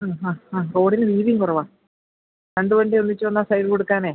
മ് ഹാ ആ റോഡിന് വീതിയും കുറവാണ് രണ്ട് വണ്ടി ഒന്നിച്ച് വന്നാൽ സൈഡ് കൊടുക്കാൻ